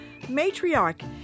matriarch